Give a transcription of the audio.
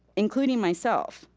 including myself,